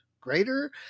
greater